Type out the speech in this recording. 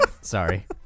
Sorry